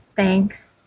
Thanks